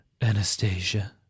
anastasia